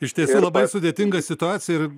iš tiesų labai sudėtinga situacija ir